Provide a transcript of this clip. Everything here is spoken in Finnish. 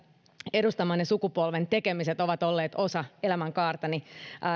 edustamanne sukupolven tekemiset ovat olleet osa elämänkaartani